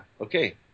Okay